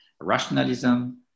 rationalism